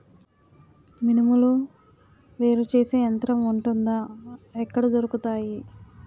మినుములు వేరు చేసే యంత్రం వుంటుందా? ఎక్కడ దొరుకుతాయి?